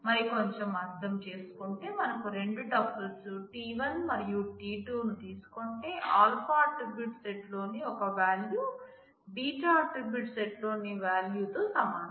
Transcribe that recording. మరి కొంచం అర్థం చేసుకుంటే మనకు రెండు టపుల్స్ t1 మరియు t2 ను తీసుకుంటే α ఆట్రిబ్యూట్ సెట్ లోని ఒక వ్యాలు β ఆట్రిబ్యూట్ సెట్ లోని వ్యాల్యూ తో సమానం